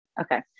Okay